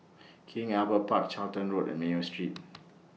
King Albert Park Charlton Road and Mayo Street